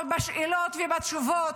אבל בשאלות ובתשובות,